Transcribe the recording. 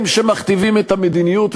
הם שמכתיבים את המדיניות,